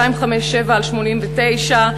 257/89,